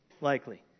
likely